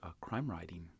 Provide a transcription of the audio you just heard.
crime-writing